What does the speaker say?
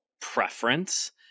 preference